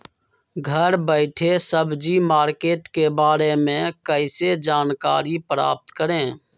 घर बैठे सब्जी मार्केट के बारे में कैसे जानकारी प्राप्त करें?